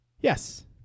Yes